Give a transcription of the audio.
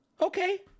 okay